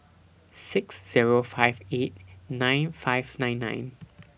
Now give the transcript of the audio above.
six Zero five eight nine five nine nine